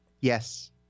Yes